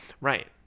Right